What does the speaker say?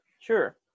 Sure